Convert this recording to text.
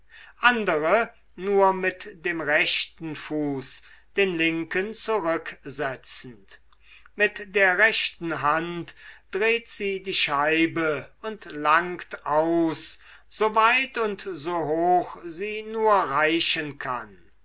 andere nur mit dem rechten fuß den linken zurücksetzend mit der rechten hand dreht sie die scheibe und langt aus so weit und so hoch sie nur reichen kann